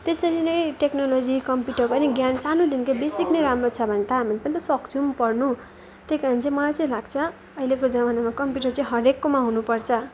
त्यसरी नै technology computer पनि ज्ञान सानोदेखिकै बेसिक नै राम्रो छ भने त हामी पनि त सक्छौँ पढ्नु त्यही कारण चाहिँ मलाई चाहिँ लाग्छ अहिलेको जमानामा कम्प्युटर चाहिँ हरेककोमा हुनुपर्छ